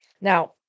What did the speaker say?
Now